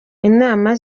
inama